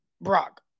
Brock